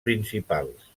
principals